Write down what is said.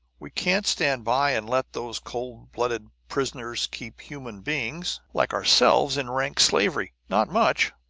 we can't stand by and let those cold-blooded prisoners keep human beings, like ourselves, in rank slavery! not much!